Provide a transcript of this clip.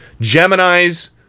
gemini's